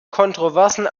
kontroversen